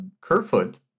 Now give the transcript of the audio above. kerfoot